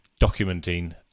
documenting